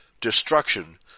destruction